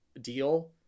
deal